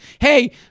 hey